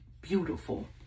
beautiful